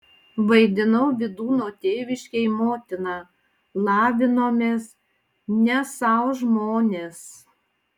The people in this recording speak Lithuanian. vaidinau vydūno tėviškėj motiną lavinomės ne sau žmonės